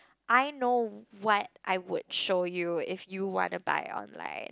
I know wh~ what I would show you if you want to buy online